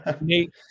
Nate